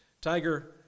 Tiger